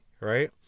right